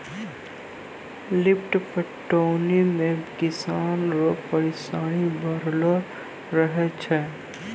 lift पटौनी मे किसान रो परिसानी बड़लो रहै छै